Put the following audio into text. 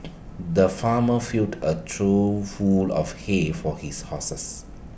the farmer filled A trough full of hay for his horses